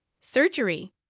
Surgery